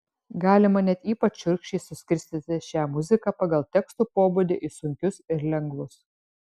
galima net ypač šiurkščiai suskirstyti šią muziką pagal tekstų pobūdį į sunkius ir lengvus